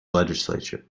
legislature